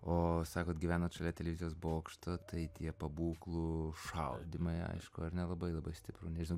o sakot gyvenot šalia televizijos bokšto tai tie pabūklų šaudymai aišku ar ne labai labai stipru nežinau